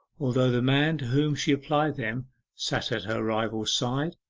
although the man to whom she applied them sat at her rival's side?